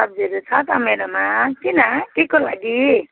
सब्जीहरू छ त मेरोमा किन केको लागि